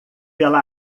pela